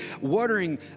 watering